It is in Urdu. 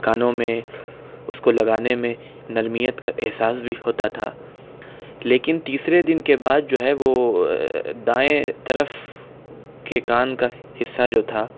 کانوں میں اس کو لگانے میں نرمی کا احساس بھی ہوتا تھا لیکن تیسرے دن کے بعد جو ہے وہ دائیں طرف کے کان کا حصہ جو تھا